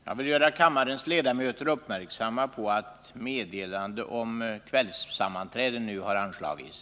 Jag vill göra kammarens ledamöter uppmärksamma på att meddelande om kvällssammanträde nu har anslagits.